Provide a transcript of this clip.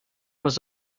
was